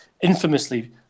infamously